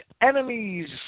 enemies